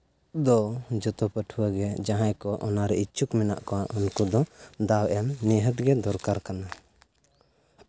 ᱫᱚ ᱡᱚᱛᱚ ᱯᱟᱹᱴᱷᱩᱣᱟᱹᱜᱮ ᱡᱟᱦᱟᱸᱭ ᱠᱚ ᱚᱱᱟᱨᱮ ᱤᱪᱪᱷᱩᱠ ᱢᱮᱱᱟᱜ ᱠᱚᱣᱟ ᱩᱱᱠᱩ ᱫᱟᱣ ᱮᱢ ᱱᱤᱦᱟᱹᱛ ᱜᱮ ᱫᱚᱨᱠᱟᱨ ᱠᱟᱱᱟ